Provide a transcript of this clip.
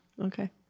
Okay